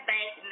Bank